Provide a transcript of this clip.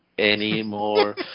Anymore